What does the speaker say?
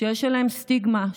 שיש עליהם סטיגמה,